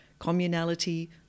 communality